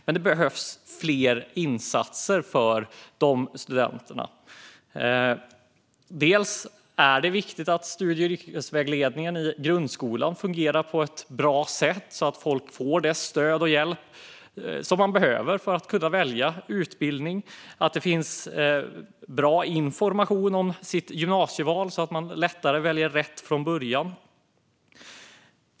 Men det behövs fler insatser för dessa studenter. Det är viktigt att studie och yrkesvägledningen i grundskolan fungerar på ett bra sätt så att folk får det stöd och den hjälp de behöver för att kunna välja utbildning och att det finns bra information om gymnasievalet så att det är lättare att välja rätt från början.